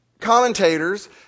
commentators